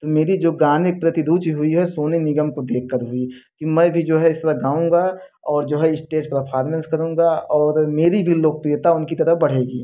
तो मेरी जो गाने के प्रति रुचि हुई है सोनू निगम को देखकर हुई है कि मैं भी जो है इस तरह गाऊँगा और जो है इस्टेज परफारमेंस करूँगा और मेरी भी लोकप्रियता उनकी तरह बढ़ेगी